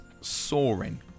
Soaring